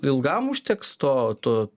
ilgam užteks to to